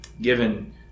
given